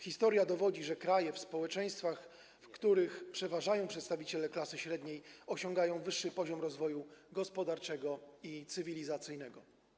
Historia dowodzi, że kraje, w których społeczeństwach przeważają przedstawiciele klasy średniej, osiągają wyższy poziom rozwoju gospodarczego i cywilizacyjnego.